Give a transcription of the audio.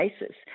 basis